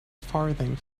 farthing